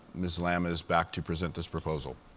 ms. lamb is back to present this proposal.